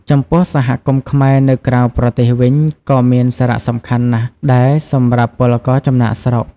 ចំពោះសហគមន៍ខ្មែរនៅក្រៅប្រទេសវិញ ក៏មានសារៈសំខាន់ណាស់ដែរសម្រាប់ពលករចំណាកស្រុក ។